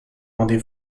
rendez